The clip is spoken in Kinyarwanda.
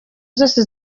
zose